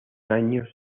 años